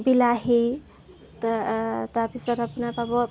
বিলাহী তাৰ তাৰপাছত আপোনাৰ পাব